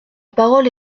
parole